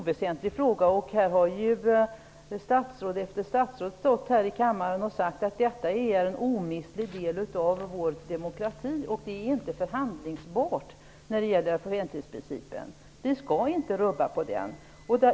Herr talman! Det är ju en väsentlig fråga. Statsråd efter statsråd har stått här i kammaren och sagt att detta är en omistlig del av vår demokrati och att offentlighetsprincipen inte är förhandlingsbar. Vi skall inte rubba på den.